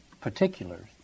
particulars